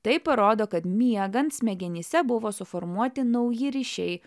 tai parodo kad miegant smegenyse buvo suformuoti nauji ryšiai